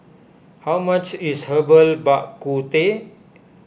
how much is Herbal Bak Ku Teh